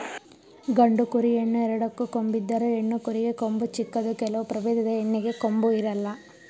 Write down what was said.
ಗಂಡು ಕುರಿ, ಹೆಣ್ಣು ಎರಡಕ್ಕೂ ಕೊಂಬಿದ್ದರು, ಹೆಣ್ಣು ಕುರಿಗೆ ಕೊಂಬು ಚಿಕ್ಕದು ಕೆಲವು ಪ್ರಭೇದದ ಹೆಣ್ಣಿಗೆ ಕೊಂಬು ಇರಲ್ಲ